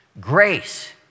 grace